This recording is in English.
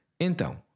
Então